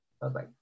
Bye-bye